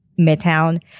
Midtown